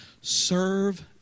serve